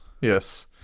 Yes